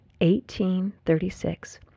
1836